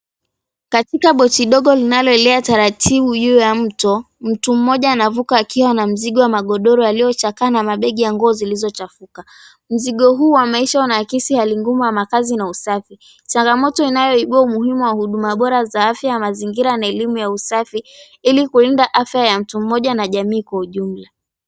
Katika boti dogo linaloelea taratibu juu ya mto mtu mmoja anavuka akiwa na mzigo wa magodoro yaliyochakaa na mabegi ya nguo zilizochafuka. Mzigo huu wa maisha unaakisi hali ngumu ya makazi na usafi changamoto inayoibua umuhimu wa huduma bora za afya ya mazingira na elimu ya usafi ili kulinda afya ya mtu mmoja na jamii kwa ujumla.